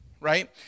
right